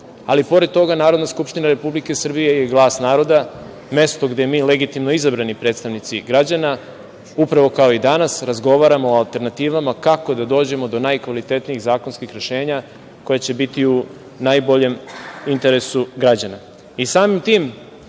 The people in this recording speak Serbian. ali pored toga Narodna Skupština RS, je glas naroda, mesto gde mi legitimno izabrani predstavnici građana, upravo kao i danas, razgovaramo o alternativama kako da dođemo do najkvalitetnijih zakonskih rešenja koja će biti i u najboljem interesu građana.I samim tim,